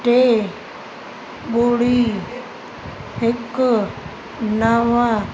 टे ॿुड़ी हिक नव